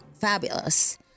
fabulous